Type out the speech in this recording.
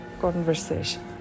conversation